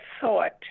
thought